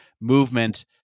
movement